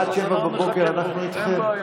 עד 07:00 אנחנו איתכם.